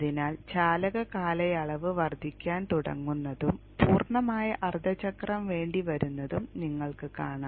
അതിനാൽ ചാലക കാലയളവ് വർദ്ധിക്കാൻ തുടങ്ങുന്നതും പൂർണ്ണമായ അർദ്ധചക്രം വേണ്ടിവരുന്നതും നിങ്ങൾക്ക് കാണാം